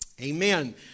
Amen